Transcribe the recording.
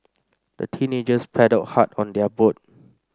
the teenagers paddled hard on their boat